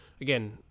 again